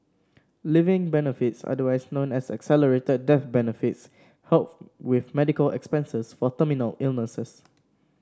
living benefits otherwise known as accelerated death benefits help with medical expenses for terminal illnesses